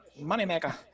moneymaker